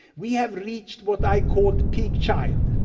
we have reached what i call peak child.